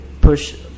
push